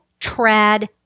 trad